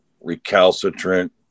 recalcitrant